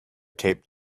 taped